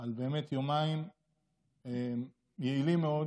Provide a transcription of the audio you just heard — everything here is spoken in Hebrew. על יומיים יעילים מאוד